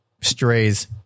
strays